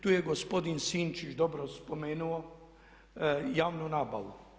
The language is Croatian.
Tu je gospodin Sinčić dobro spomenuo javnu nabavu.